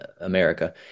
America